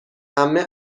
عمه